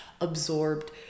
absorbed